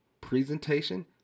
presentation